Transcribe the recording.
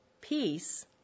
Peace